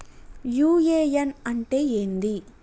UAN అంటే ఏంది?